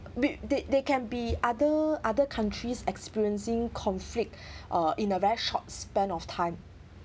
they they they can be other other countries experiencing conflict uh in a very short span of time